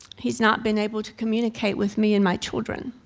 he has not been able to communicate with me and my children.